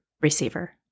receiver